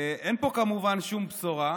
אין פה כמובן שום בשורה.